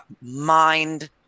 mind